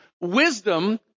wisdom